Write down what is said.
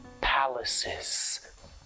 palaces